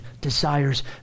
desires